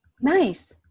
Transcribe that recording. Nice